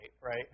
right